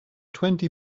twenty